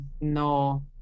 no